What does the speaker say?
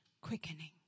quickening